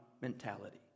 mentality